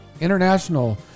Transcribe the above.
International